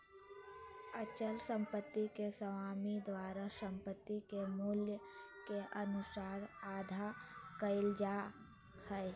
अचल संपत्ति के स्वामी द्वारा संपत्ति के मूल्य के अनुसार अदा कइल जा हइ